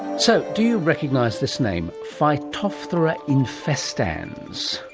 so, do you recognise this name phytophthora infestans,